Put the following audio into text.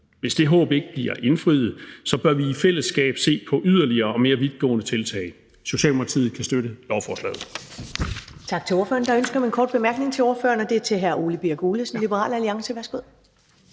Hvis det håb ikke bliver indfriet, bør vi i fællesskab se på yderligere og mere vidtgående tiltag. Socialdemokratiet kan støtte lovforslaget.